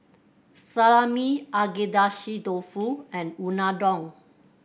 Salami Agedashi Dofu and Unadon